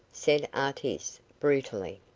said artis, brutally.